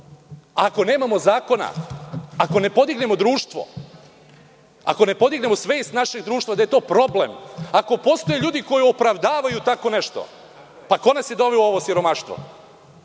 ako nemamo zakone, ako ne podignemo društvo, ako ne podignemo svest našeg društva da je to problem, ako postoje ljudi koji opravdavaju tako nešto. Ko nas je doveo u ovo siromaštvo?